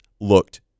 looked